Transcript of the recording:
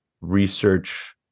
research